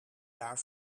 jaar